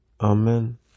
Amen